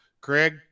Craig